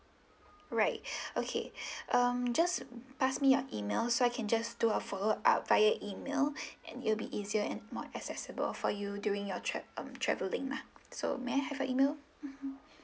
right okay um just pass me your email so I can just do a follow up via email and it'll be easier and more accessible for you during your tra~ um travelling lah so may have your email mmhmm